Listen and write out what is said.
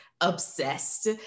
obsessed